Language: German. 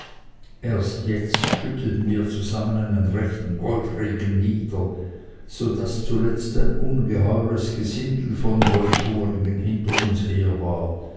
erst jetzt schütteten wir zusammen einen rechten goldregen nieder so daß zuletzt ein ungeheures gesindel von goldhungrigen hinter uns her war